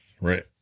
Right